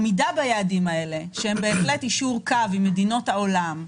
עמידה ביעדים האלה היא בהחלט יישור קו עם מדינות העולם,